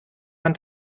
man